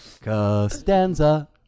Costanza